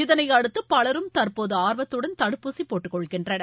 இதனையடுத்து பலரும் தற்போது ஆர்வத்துடன் தடுப்பூசி போட்டுக்கொள்கின்றனர்